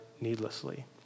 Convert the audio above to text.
needlessly